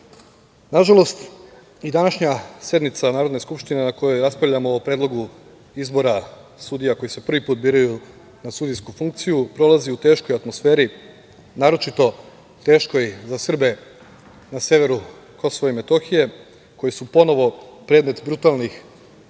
posebno. Nažalost i današnja sednica Narodne skupštine na kojoj raspravljamo o Predlogu izbora koji se prvi put biraju na sudijsku funkciju prolazi u teškoj atmosferi, naročito teškoj za Srbe na severu Kosova i Metohije koji su ponovo predmet brutalnih